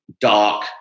Dark